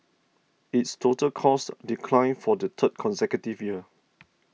its total costs declined for the third consecutive year